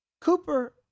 Cooper